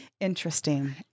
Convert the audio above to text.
Interesting